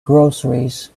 groceries